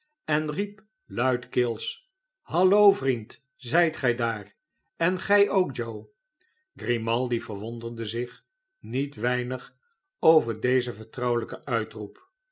en riep luidkeels hallo vriend zijt gij daar en gij ook joe grimaldi verwonderde zich niet weinigover dezen vertrouwelijken uitroep